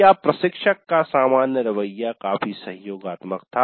क्या प्रशिक्षक का सामान्य रवैया काफी सहयोगात्मक था